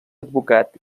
advocat